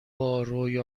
زندگی